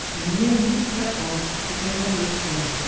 and lay new platformes to endammage them.